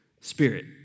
spirit